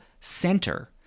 center